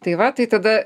tai va tai tada